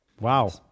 Wow